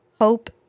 hope